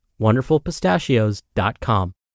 wonderfulpistachios.com